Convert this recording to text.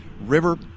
River